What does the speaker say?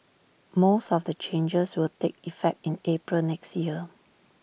most of the changes will take effect in April next year